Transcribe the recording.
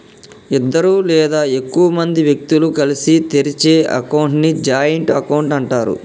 ఇద్దరు లేదా ఎక్కువ మంది వ్యక్తులు కలిసి తెరిచే అకౌంట్ ని జాయింట్ అకౌంట్ అంటరు